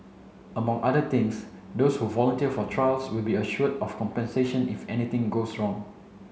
among other things those who volunteer for trials will be assured of compensation if anything goes wrong